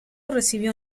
recibió